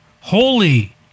holy